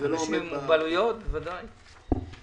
זה לא עומד בתקן.